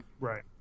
Right